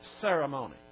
Ceremony